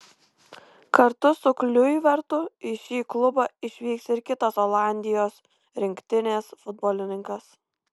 kartu su kliuivertu į šį klubą išvyks ir kitas olandijos rinktinės futbolininkas